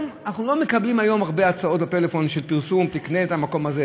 אנחנו לא מקבלים היום הרבה הצעות בטלפון של פרסום: תקנה את זה.